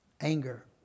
anger